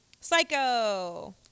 Psycho